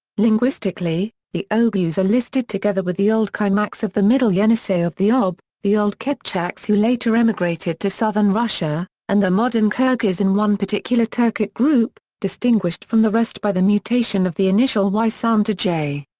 linguistically, the oghuz are listed together with the old kimaks of the middle yenisei of the ob, the old kipchaks who later emigrated to southern russia, and the modern kirghiz in one particular turkic group, distinguished from the rest by the mutation of the initial y sound to j.